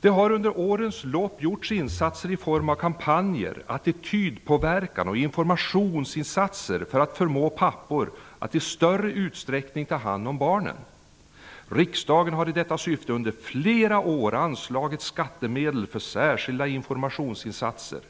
Det har under årens lopp gjorts insatser i form av kampanjer, attitydpåverkan och information för att förmå pappor att i större utrsträckning ta hand om barnen. Riksdagen har i detta syfte under flera år anslagit skattemedel för särskilda informationsinsatser.